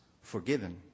forgiven